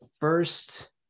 first